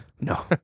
No